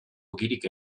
ogirik